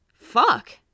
Fuck